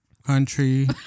country